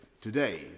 today